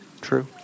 True